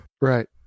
Right